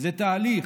זה תהליך,